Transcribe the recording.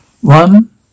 One